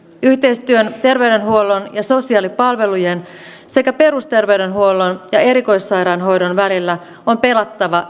yhteistyön terveydenhuollon ja sosiaalipalvelujen sekä perusterveydenhuollon ja erikoissairaanhoidon välillä on pelattava